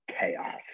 chaos